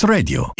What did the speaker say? Radio